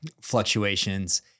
fluctuations